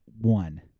one